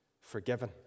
Forgiven